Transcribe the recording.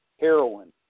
Heroin